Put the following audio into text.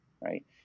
right